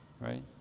right